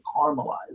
caramelize